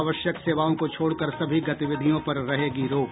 आवश्यक सेवाओं को छोड़कर सभी गतिविधियों पर रहेगी रोक